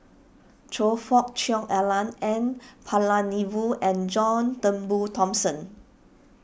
Choe Fook Cheong Alan N Palanivelu and John Turnbull Thomson